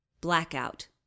Blackout